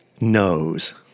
knows